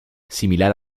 similar